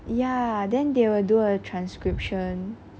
ya then they will do a transcription